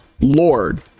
Lord